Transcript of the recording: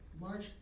March